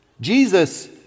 Jesus